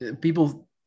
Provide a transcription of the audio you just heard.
people –